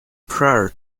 prior